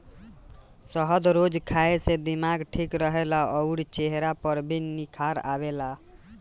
शहद रोज खाए से दिमाग ठीक रहेला अउरी चेहरा पर भी निखार आवेला